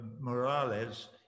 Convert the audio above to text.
Morales